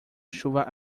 chuva